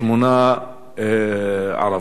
שמונה ערבים.